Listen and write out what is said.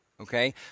Okay